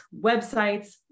websites